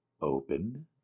Open